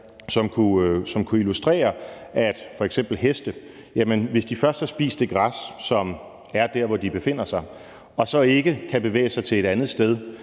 som kunne illustrere, at hvis f.eks. heste først har spist det græs, som er der, hvor de befinder sig, og de så ikke kan bevæge sig til et andet sted,